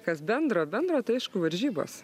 kas bendro bendro tai aišku varžybos